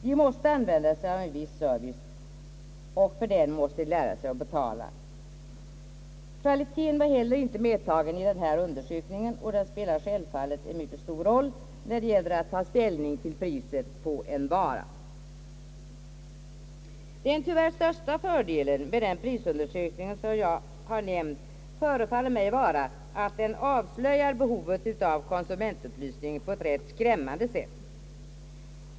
De måste använda sig av en viss service, och för den måste de lära sig att betala. Kvaliteten var heller inte medtagen i denna undersökning, och den spelar självfallet en mycket stor roll när det gäller att ta ställning till priset på en vara. Den största fördelen med den prisundersökning som jag har nämnt förefaller mig vara att den avslöjar behovet av konsumentupplysning på ett rätt skrämmande sätt.